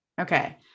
Okay